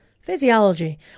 Physiology